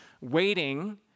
Waiting